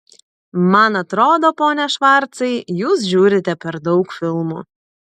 man atrodo pone švarcai jūs žiūrite per daug filmų